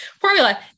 formula